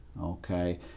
Okay